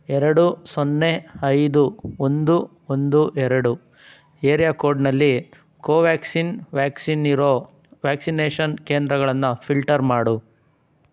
ಎರಡು ಸೊನ್ನೆ ಐದು ಒಂದು ಒಂದು ಎರಡು ಏರಿಯಾ ಕೋಡ್ನಲ್ಲಿ ಕೋವ್ಯಾಕ್ಸಿನ್ ವ್ಯಾಕ್ಸಿನ್ನಿರೋ ವ್ಯಾಕ್ಸಿನೇಷನ್ ಕೇಂದ್ರಗಳನ್ನು ಫಿಲ್ಟರ್ ಮಾಡು